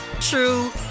true